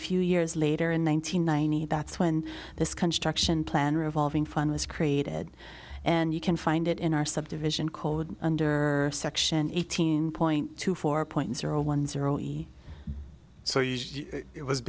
few years later in one nine hundred ninety that's when this construction plan revolving fund was created and you can find it in our subdivision code under section eighteen point two four point